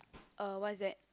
uh what is that